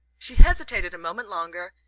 she hesitated a moment longer,